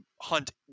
hunt